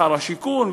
שר השיכון,